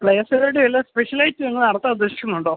പ്ലെയേഴ്സിനുവേണ്ടി വല്ലതും സ്പെഷ്യലായിട്ട് നിങ്ങൾ നടത്താൻ ഉദ്ദേശിക്കുന്നുണ്ടോ